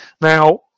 Now